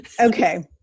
Okay